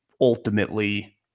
ultimately